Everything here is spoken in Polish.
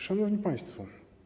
Szanowni Państwo!